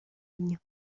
año